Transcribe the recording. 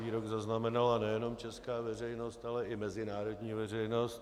Ten výrok zaznamenala nejenom česká veřejnost, ale i mezinárodní veřejnost.